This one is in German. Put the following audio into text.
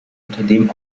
unternehmen